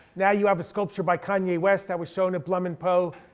now you have a sculpture by kanye west that was shown at blum and poe.